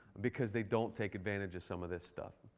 because they don't take advantage of some of this stuff.